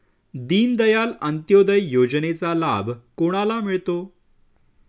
दीनदयाल अंत्योदय योजनेचा लाभ कोणाला मिळतो?